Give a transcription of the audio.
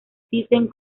thyssen